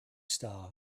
star